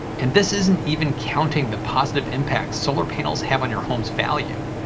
and this isn't even counting the positive impact solar panels have on your home's value.